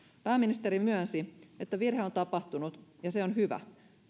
pääministeri myönsi että virhe on tapahtunut ja se on hyvä